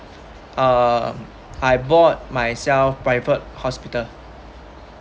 uh I bought myself private hospital